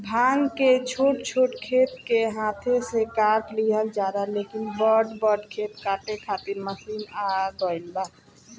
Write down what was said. भांग के छोट छोट खेत के हाथे से काट लिहल जाला, लेकिन बड़ बड़ खेत काटे खातिर मशीन आ गईल बा